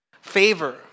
Favor